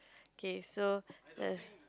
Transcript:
okay so less